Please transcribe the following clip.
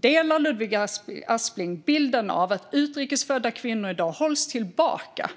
Delar Ludvig Aspling bilden av att utrikes födda kvinnor i dag hålls tillbaka